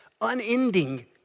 unending